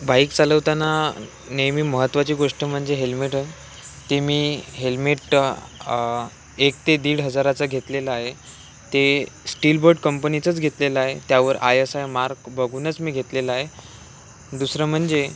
bike चालवताना नेहमी महत्त्वाची गोष्ट म्हणजे हेल्मेट ते मी हेल्मेट एक ते दीड हजाराचा घेतलेला आहे ते स्टीलबर्ड कंपनीचाच घेतलेला आहे त्यावर आय एस आय मार्क बघूनच मी घेतलेला आहे दुसरं म्हणजे